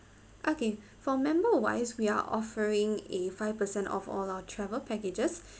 okay for member wise we are offering a five percent off all our travel packages